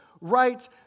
right